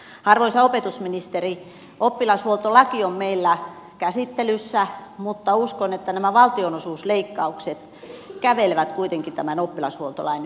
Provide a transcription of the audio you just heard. arvoisa opetusministeri oppilashuoltolaki on meillä käsittelyssä mutta uskon että nämä valtionosuusleikkaukset kävelevät kuitenkin tämän oppilashuoltolain yli